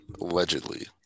Allegedly